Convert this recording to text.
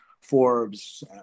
Forbes